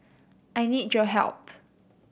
I need your help